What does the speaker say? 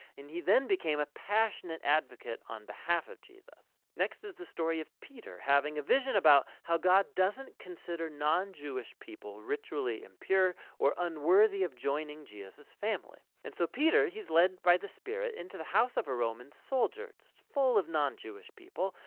and he then became a passionate advocate on behalf of jesus. next is the story of peter having a vision about how god doesn't consider non-jewish people ritually impure or unworthy of joining jesus' family. and so peter, he's led by the spirit into the house of a roman soldier, full of non-jewish people,